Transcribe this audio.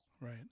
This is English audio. Right